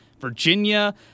Virginia